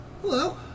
Hello